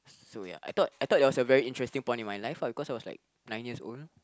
so ya I thought I thought that was a very interesting point in my life ah because I was like nine years old